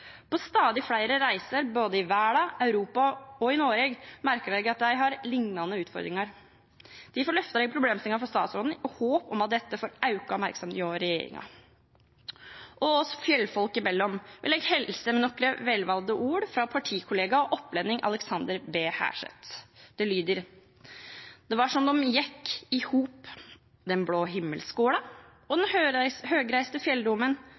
På stadig flere reiser i verden, også i Europa og i Norge, merker jeg at folk har lignende utfordringer. Derfor løfter jeg problemstillingen for statsråden, i håp om at dette får økt oppmerksomhet hos regjeringen. Oss fjellfolk imellom – jeg vil hilse med noen velvalgte ord fra partikollega og opplending Aleksander B. Herseth. De lyder: «Det var som dom gikk i hop, den blåe himmelskåla og den høgreiste